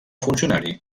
funcionari